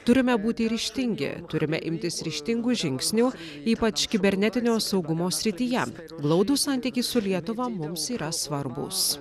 turime būti ryžtingi turime imtis ryžtingų žingsnių ypač kibernetinio saugumo srityje glaudūs santykiai su lietuva mums yra svarbūs